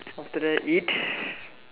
after that eat